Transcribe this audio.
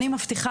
אני מבטיחה,